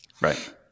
Right